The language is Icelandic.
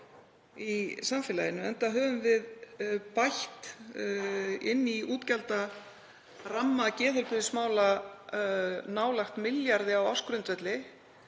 í samfélaginu enda höfum við bætt inn í útgjaldaramma geðheilbrigðismála nálægt milljarði á ársgrundvelli